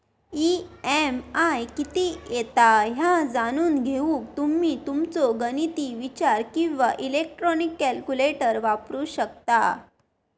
EMI किती येता ह्या जाणून घेऊक तुम्ही तुमचो गणिती विचार किंवा इलेक्ट्रॉनिक कॅल्क्युलेटर वापरू शकता